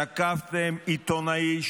תקפתם עיתונאי,